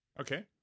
Okay